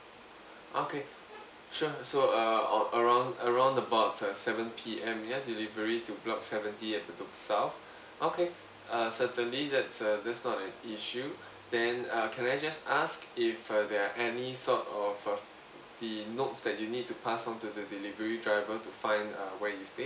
okay sure so uh uh around around about uh seven P_M ya delivery to block seventy at bedok south okay uh certainly that's uh that's not an issue then uh can I just ask if uh there are any sort of of the notes that you need to pass on to the delivery driver to find err where you stay